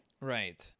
right